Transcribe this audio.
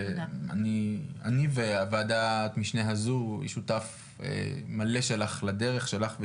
אני והוועדת משנה הזו שותף מלא שלך לדרך שלך,